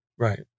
Right